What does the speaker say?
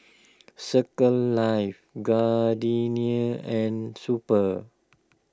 Circles Life Gardenia and Super